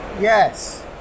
yes